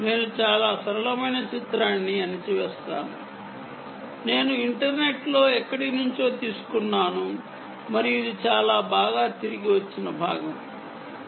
నేను చాలా సరళమైన చిత్రాన్ని చూపిస్తాను ఇది నేను ఇంటర్నెట్లో ఎక్కడి నుంచో తీసుకున్నాను మరియు ఇందులో చాలా బాగా వ్రాసి ఉంది